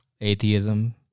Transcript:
Atheism